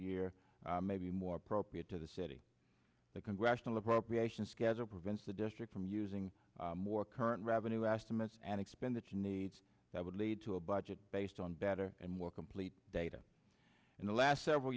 year may be more appropriate to the city the congressional appropriations schedule prevents the district from using more current revenue estimates and expenditure needs that would lead to a budget based on better and more complete data in the last several